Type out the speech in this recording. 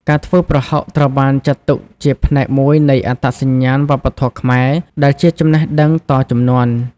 ការធ្វើប្រហុក ត្រូវបានចាត់ទុកជាផ្នែកមួយនៃអត្តសញ្ញាណវប្បធម៌ខ្មែរ ដែលជាចំណេះដឹងតជំនាន់។